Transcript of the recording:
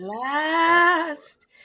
last